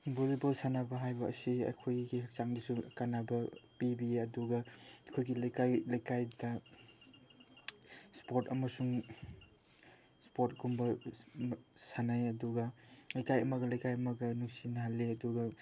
volleyball ꯁꯥꯟꯅꯕ ꯍꯥꯏꯕ ꯑꯁꯤ ꯑꯩꯈꯣꯏꯒꯤ ꯍꯛꯆꯥꯡꯗꯁꯨ ꯀꯥꯅꯕ ꯄꯤꯕꯤ ꯑꯗꯨꯒ ꯑꯩꯈꯣꯏꯒꯤ ꯂꯩꯀꯥꯏ ꯂꯩꯀꯥꯏꯗ ꯏꯁꯄꯣꯔꯠ ꯑꯃꯁꯨꯡ ꯏꯁꯄꯣꯔꯠꯀꯨꯝꯕ ꯁꯥꯟꯅꯩ ꯑꯗꯨꯒ ꯂꯩꯀꯥꯏ ꯑꯃꯒ ꯂꯩꯀꯥꯏ ꯑꯃꯒ ꯅꯨꯡꯁꯤꯅꯍꯜꯂꯤ ꯑꯗꯨꯒ